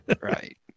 Right